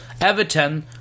Everton